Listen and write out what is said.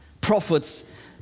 Prophets